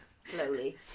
slowly